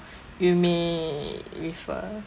you may refer